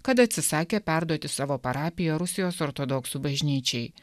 kad atsisakė perduoti savo parapiją rusijos ortodoksų bažnyčiai